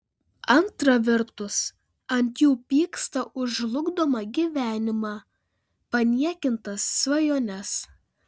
antra vertus ant jų pyksta už žlugdomą gyvenimą paniekintas svajones